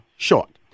Short